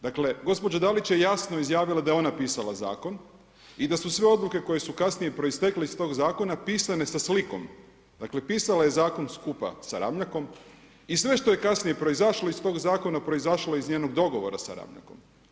Dakle, gospođa Dalić je jasno izjavila da je ona pisala zakon i d su sve odluke koje su kasnije proistekle iz stog zakona, pisane sa slikom, dakle pisala je zakon skupa sa Ramljakom i sve što je kasnije proizašlo iz tog zakona, proizašlo je iz njenog dogovora sa Ramljakom.